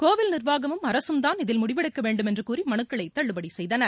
கோவில் நிர்வாகமும் அரசும்தான் இதில் முடிவெடுக்க வேண்டும் என்றும் கூறி மனுக்களை தள்ளுபடி செய்தனர்